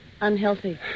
Unhealthy